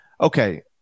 okay